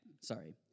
sorry